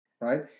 right